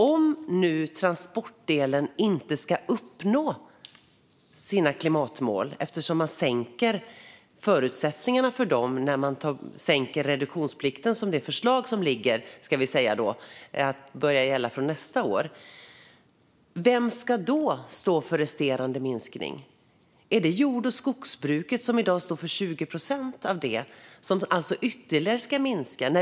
Om nu transportdelen inte ska uppnå sina klimatmål - eftersom man minskar förutsättningarna för det när man minskar reduktionsplikten med det förslag som ligger och som börjar gälla från nästa år - vem ska då stå för resterande minskning? Är det jord och skogsbruket som i dag står för 20 procent som ytterligare ska minska?